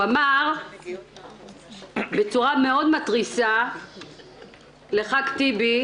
הוא אמר בצורה מאוד מתריסה לחבר הכנסת טיבי,